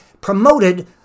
promoted